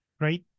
Right